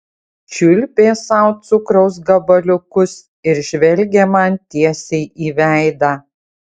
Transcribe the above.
čiulpė sau cukraus gabaliukus ir žvelgė man tiesiai į veidą